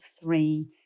three